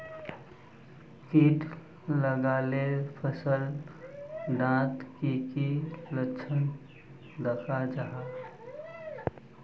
किट लगाले फसल डात की की लक्षण दखा जहा?